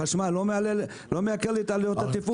החשמל לא מייקר את עלויות התפעול?